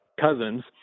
Cousins